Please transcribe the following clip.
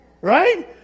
Right